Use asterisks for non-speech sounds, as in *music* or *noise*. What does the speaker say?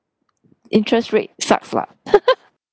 interest rate sucks lah *laughs*